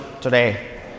today